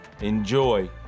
enjoy